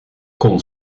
kon